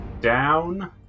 down